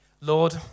Lord